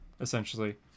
essentially